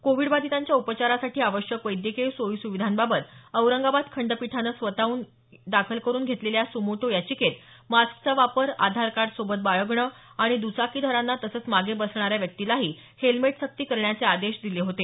Covid बाधितांच्या उपचारासाठी आवश्यक वैद्यकीय सोयी स्विधांबाबत औरंगाबाद खंडपीठानं स्वतःहून दाखल करुन घेतलेल्या सुमोटो याचिकेत मास्कचा वापर आधारकार्ड सोबत बाळगणं आणि द्चाकीधारांना तसंच मागे बसणाऱ्या व्यक्तीलाही हेल्मेट सक्ती करण्याचे आदेश दिले होते